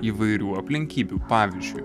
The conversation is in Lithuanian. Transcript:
įvairių aplinkybių pavyzdžiui